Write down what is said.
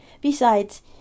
Besides